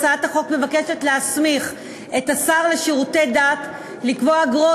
הצעת החוק מבקשת להסמיך את השר לשירותי דת לקבוע אגרות